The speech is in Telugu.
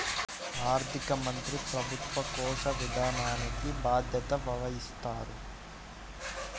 ఆర్థిక మంత్రి ప్రభుత్వ కోశ విధానానికి బాధ్యత వహిస్తారు